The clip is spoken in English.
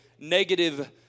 negative